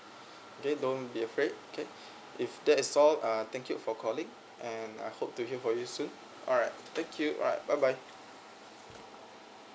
okay don't be afraid K if that is all uh thank you for calling and I hope to hear for you soon alright thank you alright bye bye